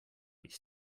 ich